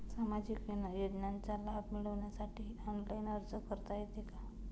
सामाजिक योजनांचा लाभ मिळवण्यासाठी ऑनलाइन अर्ज करता येतो का?